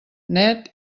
net